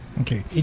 Okay